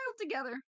together